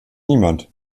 niemand